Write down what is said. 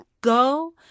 go